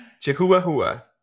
Chihuahua